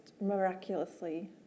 miraculously